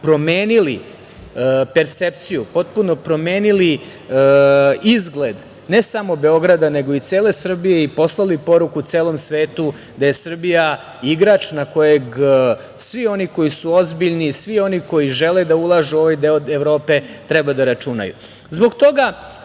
promenili percepciju, potpuno promenili izgled ne samo Beograda, nego i cele Srbije i poslali poruku celom svetu da je Srbija igrač na kojeg svi oni koji su ozbiljni i svi oni koji žele da ulažu u ovaj deo Evrope treba da računaju. Zbog